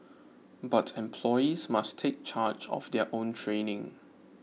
but employees must take charge of their own training